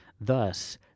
Thus